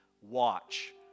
watch